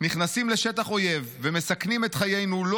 נכנסים לשטח אויב ומסכנים את חיינו לא